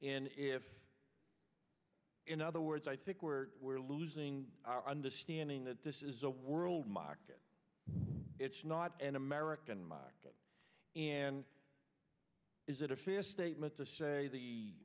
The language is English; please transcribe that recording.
in if in other words i think we're we're losing our understanding that this is a world market it's not an american market and is it a fair statement to say the